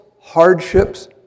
hardships